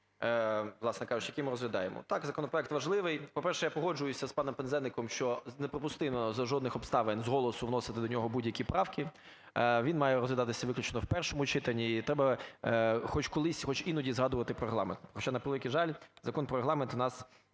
власне кажучи, який ми розглядаємо. Так, законопроект важливий. По-перше, я погоджуюся з паном Пинзеником, що неприпустимо за жодних обставин з голосу вносити до нього будь-які правки. Він має розглядатися виключно в першому читанні, і треба хоч колись, хоч іноді згадувати про Регламент. Хоча, на превеликий жаль, Закон про Регламент у нас